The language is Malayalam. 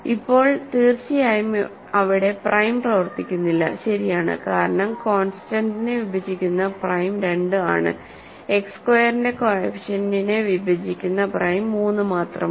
ഇപ്പോൾ തീർച്ചയായും അവിടെ പ്രൈം പ്രവർത്തിക്കുന്നില്ല ശരിയാണ് കാരണം കോൺസ്റ്റന്റ്നെ വിഭജിക്കുന്ന പ്രൈം 2 ആണ് എക്സ് സ്ക്വയറിന്റെ കോഎഫിഷ്യന്റ്നെ വിഭജിക്കുന്ന പ്രൈം 3മാത്രമാണ്